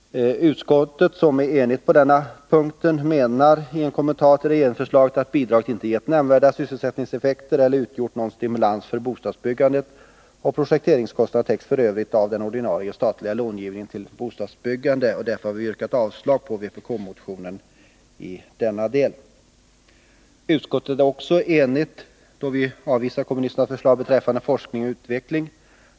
Utskottet, som är enigt på denna punkt, menar i sin kommentar till regeringsförslaget att bidraget inte gett nämnvärda sysselsättningseffekter eller utgjort någon stimulans för bostadsbyggandet, och projekteringskostnaderna täcks f. ö. av den ordinarie statliga långivningen till bostadsbyggandet. Utskottet har därför avstyrkt vpk-motionen i denna del. Utskottet är också enigt i fråga om att avvisa kommunisternas förslag beträffande forskning och utveckling.